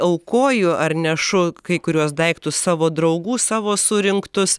aukoju ar nešu kai kuriuos daiktus savo draugų savo surinktus